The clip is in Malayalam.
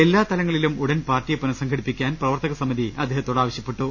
എല്ലാ തലങ്ങളിലും ഉടൻ പാർട്ടിയെ പുനഃ സംഘടിപ്പിക്കാൻ പ്രവർത്തക സമിതി അദ്ദേഹത്തോട് ആവശ്യ പ്പെട്ടു